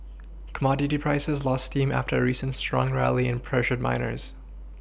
commodity prices lost steam after a recent strong rally and pressured miners